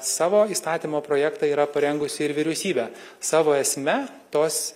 savo įstatymo projektą yra parengusi ir vyriausybė savo esme tos